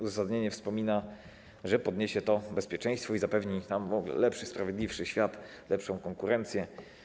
Uzasadnienie wspomina, że podniesie to bezpieczeństwo i zapewni nam w ogóle lepszy, sprawiedliwszy świat, lepszą konkurencję.